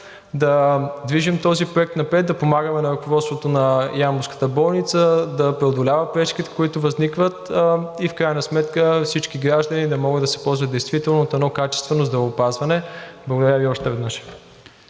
да движим този проект напред, да помагаме на ръководството на ямболската болница да преодолява пречките, които възникват, и в крайна сметка всички граждани да могат да се ползват действително от едно качествено здравеопазване. Благодаря Ви още веднъж.